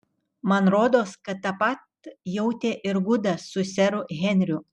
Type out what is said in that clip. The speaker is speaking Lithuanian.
man rodos kad tą pat jautė ir gudas su seru henriu